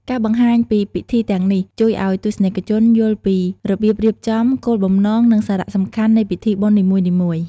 ការបង្ហាញពីពិធីទាំងនេះ ជួយឱ្យទស្សនិកជនយល់ពីរបៀបរៀបចំ គោលបំណង និងសារៈសំខាន់នៃពិធីបុណ្យនីមួយៗ ។